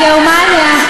גרמניה.